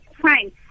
fine